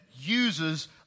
uses